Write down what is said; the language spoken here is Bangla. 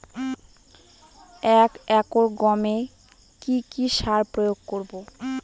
এক একর গমে কি কী সার প্রয়োগ করব?